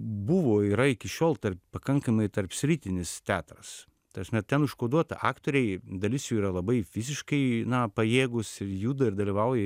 buvo yra iki šiol tarp pakankamai tarpsritinis teatras ta prasme ten užkoduota aktoriai dalis jų yra labai fiziškai na pajėgūs juda ir dalyvauja